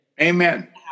Amen